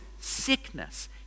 sickness